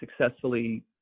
successfully